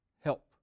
help